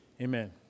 Amen